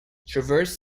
traverse